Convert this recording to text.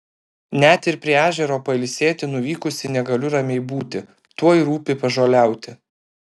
net ir prie ežero pailsėti nuvykusi negaliu ramiai būti tuoj rūpi pažoliauti